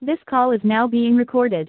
this call is now being recorded